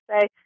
say